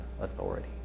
authority